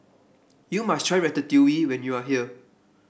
you must try Ratatouille when you are here